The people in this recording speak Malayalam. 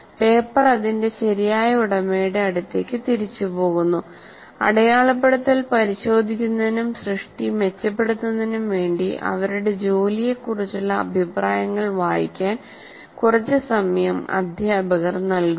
പേപ്പർ അതിന്റെ ശരിയായ ഉടമയുടെ അടുത്തേക്ക് തിരിച്ചു പോകുന്നു അടയാളപ്പെടുത്തൽ പരിശോധിക്കുന്നതിനും സൃഷ്ടി മെച്ചപ്പെടുത്തുന്നതിനും വേണ്ടി അവരുടെ ജോലിയെക്കുറിച്ചുള്ള അഭിപ്രായങ്ങൾ വായിക്കാൻ കുറച്ച് സമയം അധ്യാപകർ നൽകുന്നു